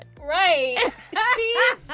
right